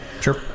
Sure